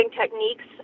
techniques